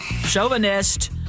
chauvinist